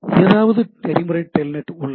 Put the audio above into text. ஏதாவது நெறிமுறை டெல்நெட் உள்ளது